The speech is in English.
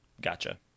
Gotcha